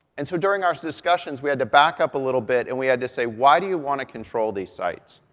and so during our discussions, we had to back up a little bit and we had to say, why do you want to control these sites?